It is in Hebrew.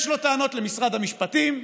יש לו טענות למשרד המשפטים,